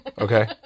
okay